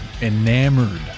enamored